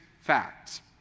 facts